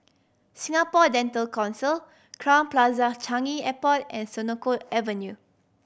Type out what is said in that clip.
Singapore Dental Council Crowne Plaza Changi Airport and Senoko Avenue